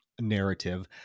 Narrative